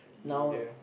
either